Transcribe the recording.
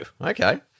Okay